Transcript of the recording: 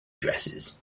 dresses